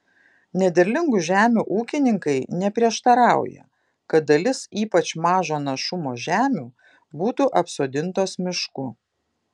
nederlingų žemių ūkininkai neprieštarauja kad dalis ypač mažo našumo žemių būtų apsodintos mišku